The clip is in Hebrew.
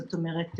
זאת אומרת,